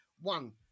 one